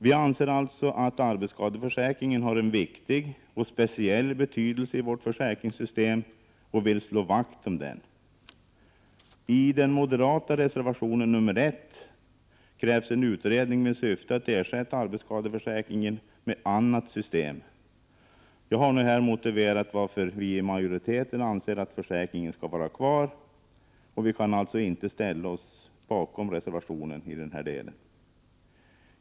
Vi anser alltså att arbetsskadeförsäkringen har en viktig och speciell betydelse i vårt försäkringssystem och vill slå vakt om den. I den moderata reservationen nr 1 krävs en utredning med syfte att ersätta arbetsskadeförsäkringen med annat system. Jag har här motiverat varför utskottsmajoriteten anser att försäkringen skall vara kvar, och vi kan alltså inte ställa oss bakom reservationen i denna del.